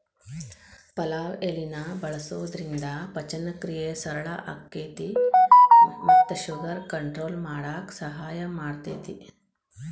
ಪಲಾವ್ ಎಲಿನ ಬಳಸೋದ್ರಿಂದ ಪಚನಕ್ರಿಯೆ ಸರಳ ಆಕ್ಕೆತಿ ಮತ್ತ ಶುಗರ್ ಕಂಟ್ರೋಲ್ ಮಾಡಕ್ ಸಹಾಯ ಮಾಡ್ತೆತಿ